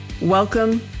Welcome